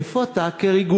איפה אתה כרגולטור,